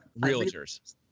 Realtors